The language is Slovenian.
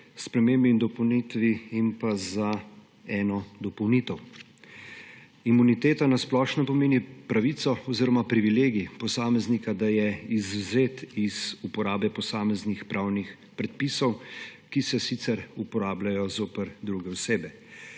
spremembi in pa za eno dopolnitev. Imuniteta na splošno pomeni pravico oziroma privilegij posameznika, da je izvzet iz uporabe posameznih pravnih predpisov, ki se sicer uporabljajo zoper druge osebe.